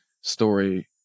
story